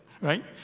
right